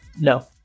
No